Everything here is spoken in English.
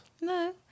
No